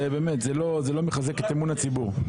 זה לא מחזק את אמון הציבור.